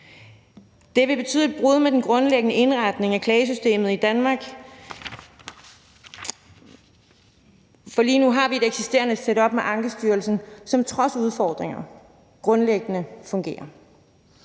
Det vil betyde et brud med den grundlæggende indretning af klagesystemet i Danmark, for lige nu har vi et eksisterende setup med Ankestyrelsen, som trods udfordringer grundlæggende fungerer.